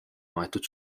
maetud